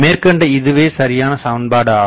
மேற்கண்ட இதுவே சரியான சமன்பாடு ஆகும்